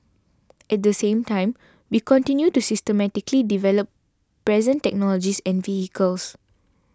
at the same time we continue to systematically develop present technologies and vehicles